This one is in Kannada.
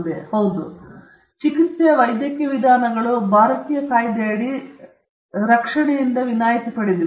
ಸ್ಪೀಕರ್ 1 ಚಿಕಿತ್ಸೆಯ ವೈದ್ಯಕೀಯ ವಿಧಾನಗಳು ಭಾರತೀಯ ಕಾಯಿದೆಯಡಿ ರಕ್ಷಣೆಯಿಂದ ವಿನಾಯಿತಿ ಪಡೆದಿವೆ